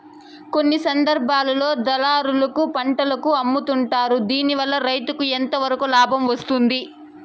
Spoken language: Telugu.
కొన్ని సందర్భాల్లో దళారులకు పంటలు అమ్ముతుంటారు దీనివల్ల రైతుకు ఎంతవరకు లాభం వస్తుంది?